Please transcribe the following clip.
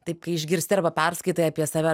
taip kai išgirsti arba perskaitai apie save